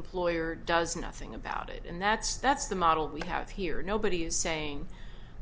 employer does nothing about it and that's that's the model we have here nobody is saying